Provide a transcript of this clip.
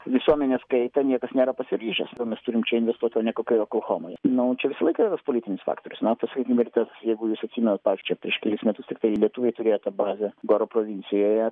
visuomenė skaitė niekas nėra pasiryžęs kodėl mes turim čia investuot o ne kokioje oklohomoje nu čia visą laiką yra tas politinis faktorius nato suverinitetas jeigu jūs atsimenat ar čia prieš kelis metus tiktai lietuviai turėjo tą bazę goro provincijoje